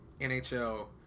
nhl